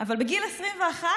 אבל בגיל 21,